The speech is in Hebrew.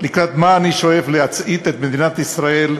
לקראת מה אני שואף להצעיד את מדינת ישראל,